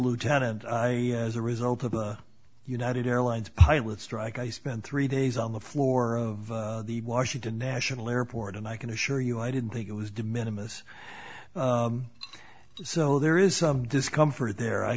lieutenant as a result of a united airlines pilot strike i spent three days on the floor of the washington national airport and i can assure you i didn't think it was de minimus so there is some discomfort there i